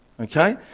Okay